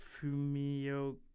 fumio